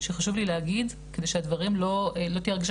שחשוב לי להגיד כדי שלא תהיה הרגשה